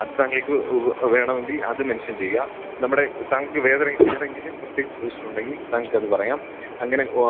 അത് താങ്കൾക്ക് ഉവ്വ് വേണമെങ്കിൽ അത് മെൻഷൻ ചെയ്യാം നമ്മുടെ താങ്കൾക്ക് വേറെ വേറെ എന്തെങ്കിലും പ്രത്യേക സജഷനുണ്ടെങ്കിൽ താങ്കൾക്ക് അത് പറയാം അങ്ങനെ ഓ